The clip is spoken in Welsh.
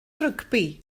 rygbi